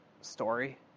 story